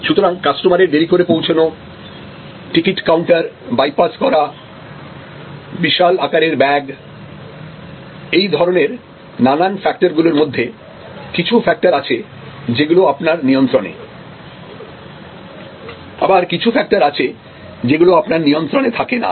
সুতরাং কাস্টমারের দেরি করে পৌঁছানো টিকিট কাউন্টার বাইপাস করা বিশাল আকারের ব্যাগ এই ধরনের নানান ফ্যাক্টর গুলির মধ্যে কিছু ফ্যাক্টর আছে যেগুলো আপনার নিয়ন্ত্রণে আবার কিছু ফ্যাক্টর আছে যেগুলো আপনার নিয়ন্ত্রনে থাকে না